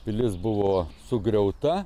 pilis buvo sugriauta